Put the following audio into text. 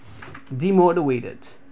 demotivated